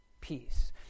peace